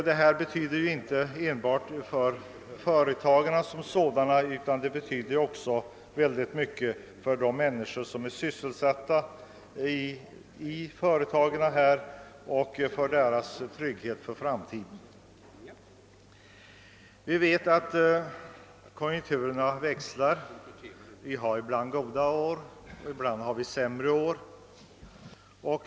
Detta har betydelse inte enbart för företagen, utan det betyder mycket även för tryggheten för de människor som är sysselsatta i företagen. Vi vet att konjunkturerna växlar — ibland har vi goda år, ibland har vi sämre år.